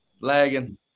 lagging